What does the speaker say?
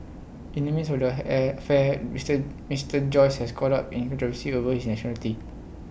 in the midst of the affair Mister Mister Joyce has caught up in controversy over his nationality